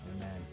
Amen